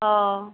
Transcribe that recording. অঁ